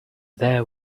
there